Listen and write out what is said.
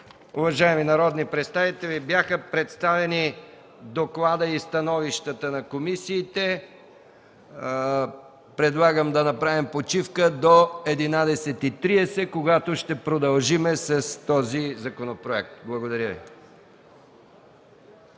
Уважаеми народни представители, бяха представени докладите на комисиите. Предлагам да направим почивка до 11,30 ч., когато ще продължим с този законопроект. Благодаря Ви.